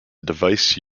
device